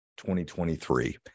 2023